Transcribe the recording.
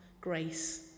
grace